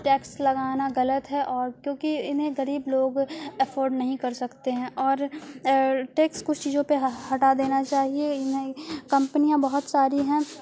tax لگانا غلط ہے اور کیونکہ انہیں غریب لوگ ایفورڈ نہیں کر سکتے ہیں اور ٹیکس کچھ چیزوں پہ ہٹا دینا چاہیے انہیں کمپنیاں بہت ساری ہیں